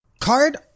card